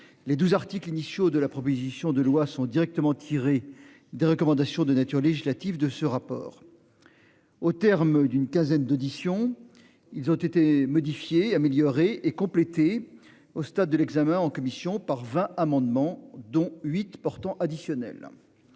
les 12 articles initiaux de la proposition de loi sont directement tirées des recommandations de nature législative de ce rapport. Au terme d'une quinzaine d'auditions. Ils ont été modifiées améliorées et complétées au stade de l'examen en commission par 20 amendements, dont huit portant additionnel.